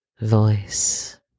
voice